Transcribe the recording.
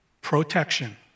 Protection